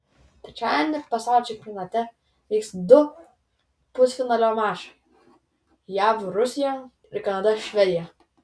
trečiadienį pasaulio čempionate vyks du pusfinalio mačai jav rusija ir kanada švedija